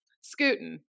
Scooting